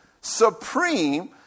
supreme